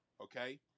Okay